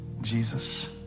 Jesus